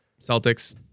Celtics